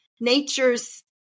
nature's